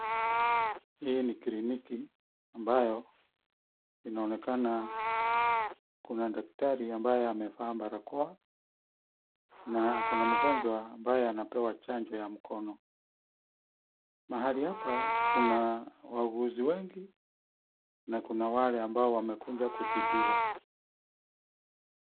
Hii ni kliniki ambayo inaonekena kuna daktari ambaye amevaa barakoa na kuna mgonjwa ambaye anapewa chanjo ya mkono. Mahali hapa kuna wauguzi wengi na kuna wale ambao wamekuja kutibiwa.